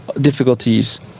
difficulties